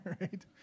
right